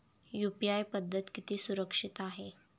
UPI पद्धत किती सुरक्षित आहे?